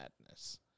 madness